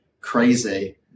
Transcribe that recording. crazy